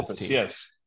yes